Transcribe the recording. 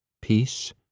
peace